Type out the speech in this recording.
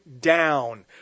down